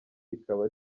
rikaba